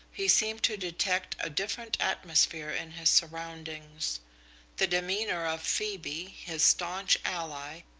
he seemed to detect a different atmosphere in his surroundings the demeanour of phoebe, his staunch ally,